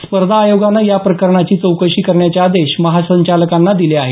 स्पर्धा आयोगानं या प्रकरणाची चौकशी करण्याचे आदेश महासंचालकांना दिले आहेत